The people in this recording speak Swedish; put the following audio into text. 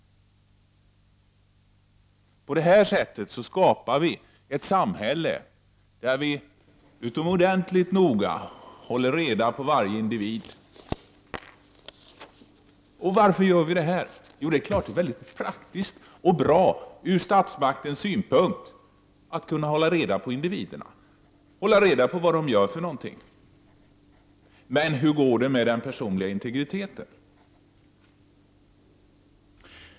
På detta sätt skapar vi ett samhälle där vi utomordentligt noga håller reda på varje individ. Varför gör vi det? Jo, det är väldigt praktiskt och bra ur statsmaktens synpunkt att kunna hålla reda på individerna och vad de gör för någonting. Men hur går det med den personliga integriteten?